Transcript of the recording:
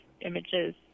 images